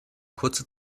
kurze